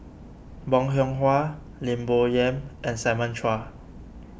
Bong Hiong Hwa Lim Bo Yam and Simon Chua